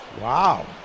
wow